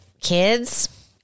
kids